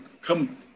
come